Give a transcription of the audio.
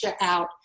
out